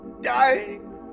dying